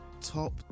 top